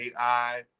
AI